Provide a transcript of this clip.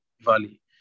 valley